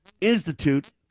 Institute